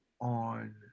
on